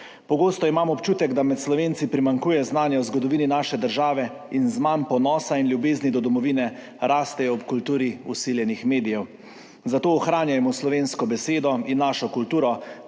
Pogosto imam občutek, da med Slovenci primanjkuje znanja o zgodovini naše države in z manj ponosa in ljubezni do domovine rastejo ob kulturi vsiljenih medijev. Zato ohranjajmo slovensko besedo in našo kulturo,